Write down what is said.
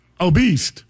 obese